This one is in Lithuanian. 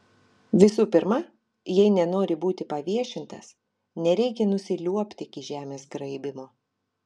visų pirma jei nenori būti paviešintas nereikia nusiliuobti iki žemės graibymo